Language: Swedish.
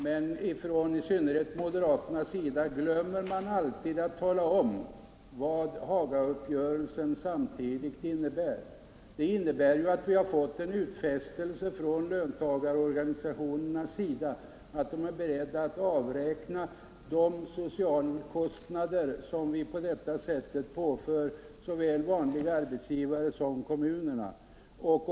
Men i synnerhet moderaterna glömmer alltid att tala om att Hagauppgörelsen samtidigt innebär att vi har fått en utfästelse från löntagarorganisationernas sida att de är beredda att avräkna de sociala kostnader som vi på detta sätt påför såväl privata arbetsgivare som kommuner vid avtalsförhandlingarna.